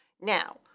Now